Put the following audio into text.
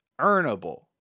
earnable